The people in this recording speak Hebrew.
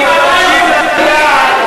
אנחנו מבקשים לדעת,